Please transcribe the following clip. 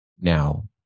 Now